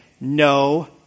no